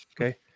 okay